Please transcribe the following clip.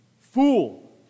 Fool